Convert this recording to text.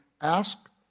ask